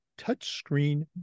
touchscreen